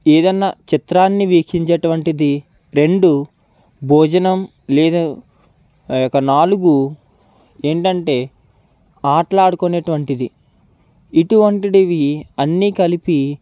ఏదన్నా చిత్రాన్ని వీక్షించేటటువంటిది రెండు భోజనం లేదా నాలుగు ఏంటంటే ఆడుకునేటటువంటిది ఇటువంటివి అన్నీ కలిపి